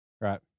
Right